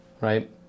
right